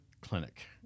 clinic